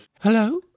Hello